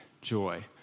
joy